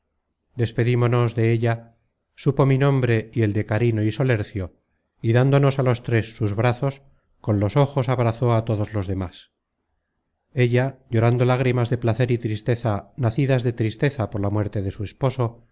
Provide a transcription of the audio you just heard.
despedímonos de ella supo mi nombre y el de carino y solercio y dándonos á los tres sus brazos con los ojos abrazó a todos los demas ella llorando lágrimas de placer y tristeza nacidas de tristeza por la muerte de su esposo